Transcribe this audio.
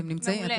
מעולה.